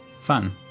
Fun